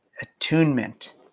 attunement